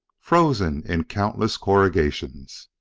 frozen in countless corrugations.